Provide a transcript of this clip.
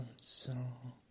song